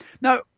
Now